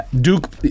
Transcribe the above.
Duke